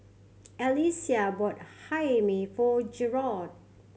Alysia bought Hae Mee for Jerod